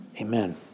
Amen